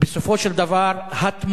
ובסופו של דבר, התמורה,